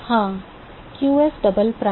हां qs double prime